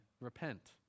repent